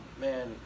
man